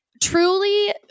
truly